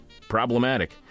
problematic